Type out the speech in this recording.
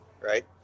right